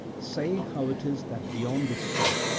say how it is that beyond this sea,